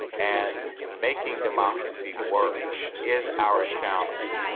and making democracy work is our challenge.